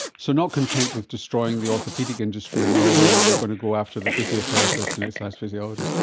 so not content with destroying the orthopaedic industry in norway you're going to go after the physiotherapist and exercise physiologists.